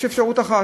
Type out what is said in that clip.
יש אפשרות אחת: